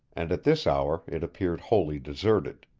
and at this hour it appeared wholly deserted.